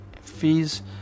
fees